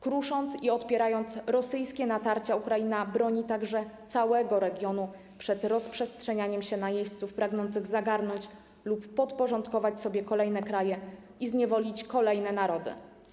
Krusząc i odpierając rosyjskie natarcia, Ukraina broni także całego regionu przed rozprzestrzenianiem się najeźdźców pragnących zagarnąć lub podporządkować sobie kolejne kraje i zniewolić kolejne narody.